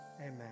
amen